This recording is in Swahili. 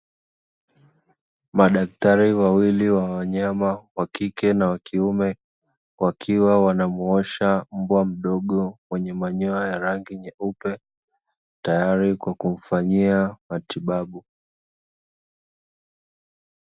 Madaktari wawili wa wanyama, wa kike na wa kiume, wakiwa wanamuosha mbwa mdogo mwenye manyoya ya rangi nyeupe, tayari kwa kumfanyia matibabu.